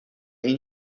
این